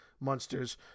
monsters